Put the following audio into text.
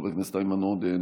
חבר הכנסת איימן עודה,